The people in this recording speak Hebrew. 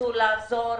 ינסו לעזור,